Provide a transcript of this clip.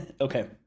Okay